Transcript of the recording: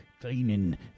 cleaning